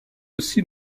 aussi